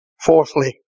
Fourthly